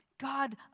God